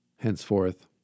Henceforth